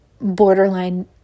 borderline